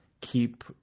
keep